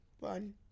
fun